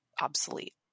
obsolete